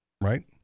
Right